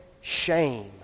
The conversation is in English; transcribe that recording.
shame